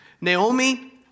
Naomi